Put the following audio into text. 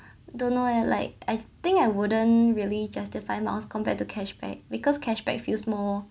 don't know eh like I think I wouldn't really justify miles compared to cashback because cashback feels more